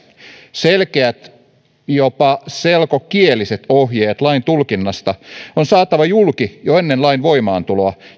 selkeät jopa selkokieliset ohjeet lain tulkinnasta on saatava julki jo ennen lain voimaantuloa